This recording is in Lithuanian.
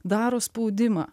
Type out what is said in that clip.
daro spaudimą